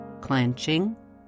Clenching